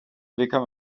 become